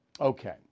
Okay